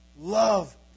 Love